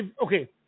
okay